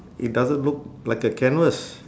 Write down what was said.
it doesn't look like a canvas